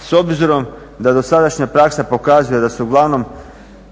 S obzirom da dosadašnja praksa pokazuje da su uglavnom